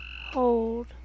hold